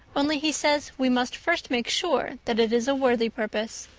only he says we must first make sure that it is a worthy purpose.